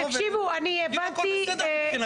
תקשיבו --- אבל זה לא הגיוני לבוא ולהגיד 'הכל בסדר מבחינתנו'.